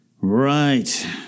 Right